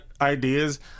ideas